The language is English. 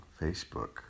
Facebook